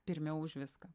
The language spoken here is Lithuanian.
pirmiau už viską